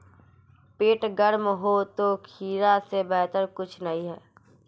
पेट गर्म हो तो खीरा से बेहतर कुछ नहीं